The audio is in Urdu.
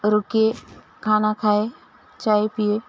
رکے کھانا کھائے چائے پیے